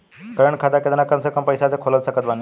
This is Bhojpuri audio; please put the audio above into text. करेंट खाता केतना कम से कम पईसा से खोल सकत बानी?